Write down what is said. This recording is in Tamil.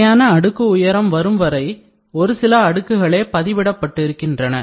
நிலையான அடுக் கு உயரம் வரும் வரை ஒரு சில அடுக்குகளே பதிவிடப்பட்டிருகின்றன